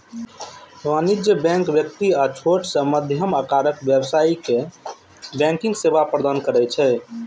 वाणिज्यिक बैंक व्यक्ति आ छोट सं मध्यम आकारक व्यवसायी कें बैंकिंग सेवा प्रदान करै छै